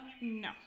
no